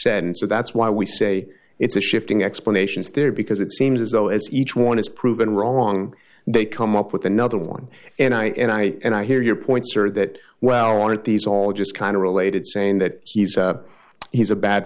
and so that's why we say it's a shifting explanations there because it seems as though as each one is proven wrong they come up with another one and i and i and i hear your points are that well aren't these all just kind of related saying that he's a he's a bad